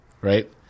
Right